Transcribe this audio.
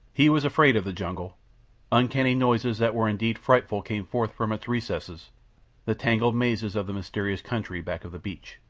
he was afraid of the jungle uncanny noises that were indeed frightful came forth from its recesses the tangled mazes of the mysterious country back of the beach.